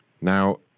Now